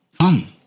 come